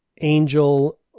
Angel